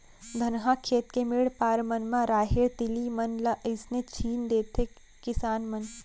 धनहा खेत के मेढ़ पार मन म राहेर, तिली मन ल अइसने छीन देथे किसान मन